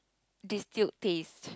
distilled taste